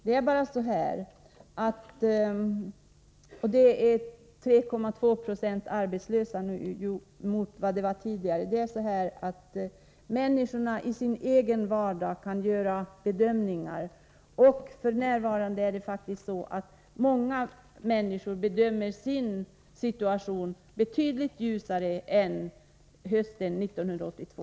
Men nu ligger arbetslösheten på 3,2 96, att jämföra med hur det var tidigare. Människorna kan själva bedöma sin situation. F.n. bedömer faktiskt många människor sin situation som betydligt ljusare än de gjorde hösten 1982.